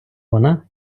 вона